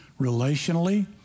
relationally